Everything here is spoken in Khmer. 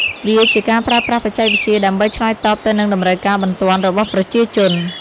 វាជាការប្រើប្រាស់បច្ចេកវិទ្យាដើម្បីឆ្លើយតបទៅនឹងតម្រូវការបន្ទាន់របស់ប្រជាជន។